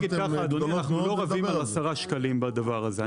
אדוני, אנחנו לא מדברים על 10 שקלים בדבר הזה.